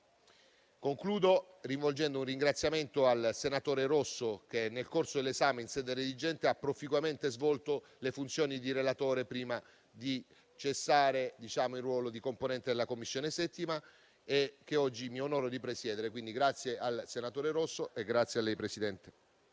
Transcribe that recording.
Concludo rivolgendo un ringraziamento al senatore Rosso che, nel corso dell'esame in sede redigente, ha proficuamente svolto le funzioni di relatore, prima di cessare il ruolo di componente della 7a Commissione che oggi mi onoro di presiedere. Quindi, grazie al senatore Rosso e grazie a lei, Presidente.